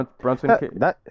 Brunson